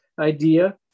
idea